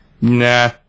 Nah